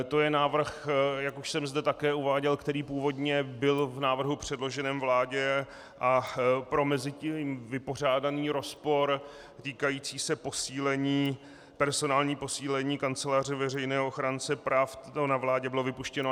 To je návrh, jak už jsem zde také uváděl, který původně byl v návrhu předloženém vládě a pro mezitím vypořádaný rozpor týkající se personálního posílení Kanceláře veřejného ochránce práv to na vládě bylo vypuštěno.